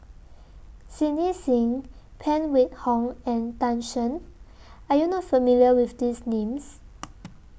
Cindy SIM Phan Wait Hong and Tan Shen Are YOU not familiar with These Names